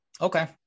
Okay